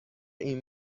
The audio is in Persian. این